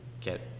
get